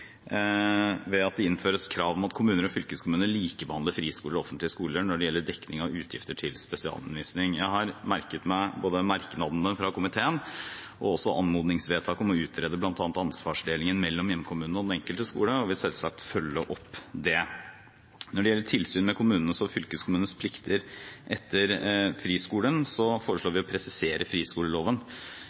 ved at det innføres krav om at kommuner og fylkeskommuner likebehandler friskoler og offentlige skoler når det gjelder dekning av utgifter til spesialundervisning. Jeg har merket meg både merknadene fra komiteen og anmodningsvedtaket om å utrede bl.a. ansvarsdelingen mellom hjemkommune og den enkelte skole, og jeg vil selvsagt følge opp det. Når det gjelder tilsyn med kommunenes og fylkeskommunenes plikter etter friskoleloven, foreslår vi å presisere friskoleloven